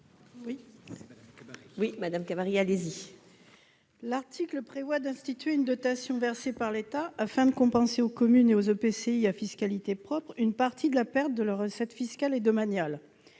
Mme Muriel Cabaret. Cet article prévoit d'instituer une dotation versée par l'État afin de compenser pour les communes et les EPCI à fiscalité propre une partie de la perte de leurs recettes fiscales et domaniales.